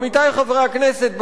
עמיתי חברי הכנסת,